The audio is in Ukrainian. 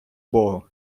богу